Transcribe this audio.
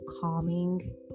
calming